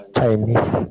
Chinese